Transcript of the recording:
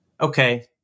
Okay